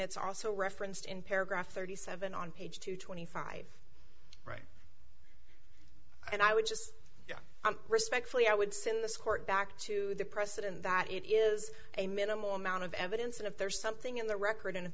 it's also referenced in paragraph thirty seven on page two twenty five right and i would just respectfully i would say in this court back to the precedent that it is a minimal amount of evidence and if there's something in the record and if